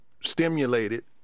stimulated